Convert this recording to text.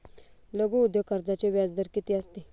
लघु उद्योग कर्जाचे व्याजदर किती असते?